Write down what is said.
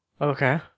Okay